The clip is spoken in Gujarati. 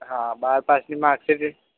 હા બાર પાસની માર્કશીટ એક